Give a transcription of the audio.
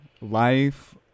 life